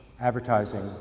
advertising